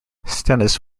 stennis